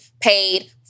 paid